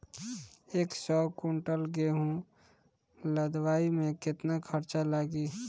एक सौ कुंटल गेहूं लदवाई में केतना खर्चा लागी?